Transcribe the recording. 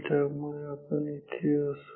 त्यामुळे आपण इथे असू